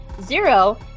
Zero